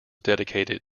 dedicated